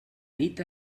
nit